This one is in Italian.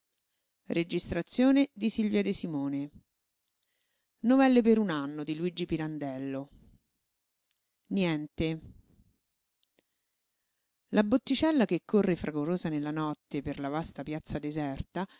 e rideva rideva ma come una lumaca sul fuoco niente la botticella che corre fragorosa nella notte per la vasta piazza deserta